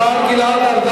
השר גלעד ארדן.